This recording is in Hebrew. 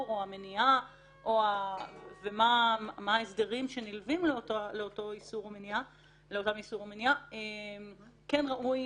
והמניעה ולגבי ההסדרים שנלווים לאיסור או המניעה כן ראוי